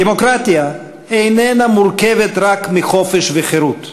דמוקרטיה איננה מורכבת רק מחופש וחירות.